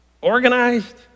Organized